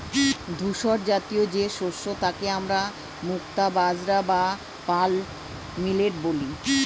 ধূসরজাতীয় যে শস্য তাকে আমরা মুক্তা বাজরা বা পার্ল মিলেট বলি